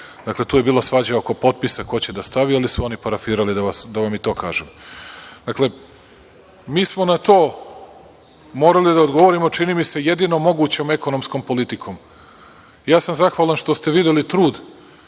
Dakle, tu je bilo svađe oko potpisa ko će da stavi, ali su oni parafirali, da vam i to kažem. Dakle, mi smo na to morali da odgovorimo, čini mi se, jedino mogućom ekonomskom politikom. Ja sam zahvalan što ste videli trud,